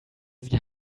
sie